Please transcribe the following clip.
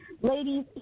Ladies